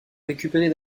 récupérer